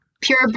pure